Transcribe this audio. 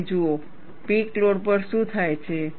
તમે જુઓ peak load પર શું થાય છે